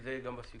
שזה יהיה גם בסיכום